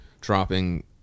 dropping